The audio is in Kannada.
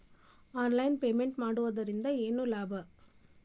ಆನ್ಲೈನ್ ನಿಂದ ಪೇಮೆಂಟ್ ಮಾಡುವುದರಿಂದ ಏನು ಲಾಭ?